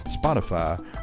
Spotify